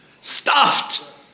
Stuffed